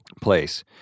place